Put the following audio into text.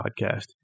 podcast